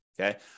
Okay